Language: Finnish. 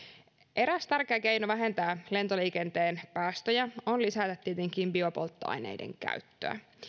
eräs tärkeä keino vähentää lentoliikenteen päästöjä on tietenkin lisätä biopolttoaineiden käyttöä